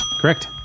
Correct